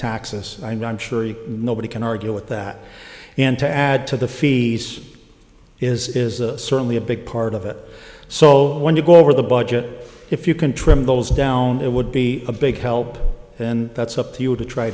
sure nobody can argue with that and to add to the fees is is certainly a big part of it so when you go over the budget if you can trim those down it would be a big help then that's up to you to try